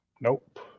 Nope